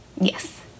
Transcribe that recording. Yes